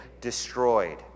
destroyed